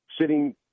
sitting